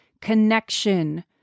connection